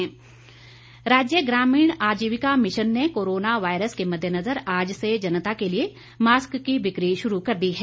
mask बिक्री राज्य ग्रामीण आजीविका मिशन ने कोरोना वायरस के मद्देनज़र आज से जनता के लिए मास्क की बिक्री शुरू कर दी है